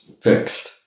fixed